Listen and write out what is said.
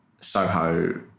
Soho